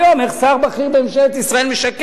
איך שר בכיר בממשלת ישראל משקר?